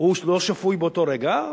הוא לא שפוי באותו רגע,